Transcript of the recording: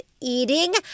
eating